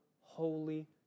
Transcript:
holy